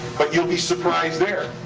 but you'll be surprised there.